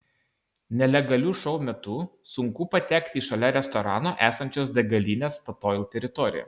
nelegalių šou metu sunku patekti į šalia restorano esančios degalinės statoil teritoriją